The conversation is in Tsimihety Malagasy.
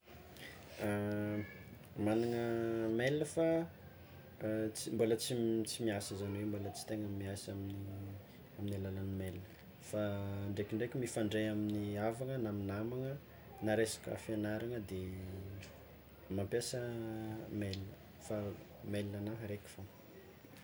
Magnagna mail fa ts- mbola tsy m- tsy miasa zagny hoe mbola tsy tegna miasa amin'ny amin'ny alalagn'ny mail fa ndraikindraiky mifandray amin'ny havagna na amy namagna na resaka fiagnarana de mampiasa mail fa mail agnahy raiky fôgna.